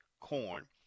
corn